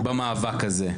במאבק הזה.